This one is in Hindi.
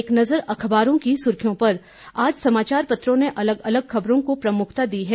एक नज़र अखबारों की सुर्खियों पर आज समाचार पत्रों ने अलग अलग खबरों को प्रमुखता दी है